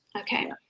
Okay